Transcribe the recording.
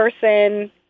person